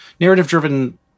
narrative-driven